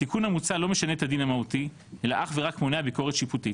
התיקון המוצע לא משנה את הדין המהותי אלא אך ורק מונע ביקורת שיפוטית.